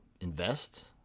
Invest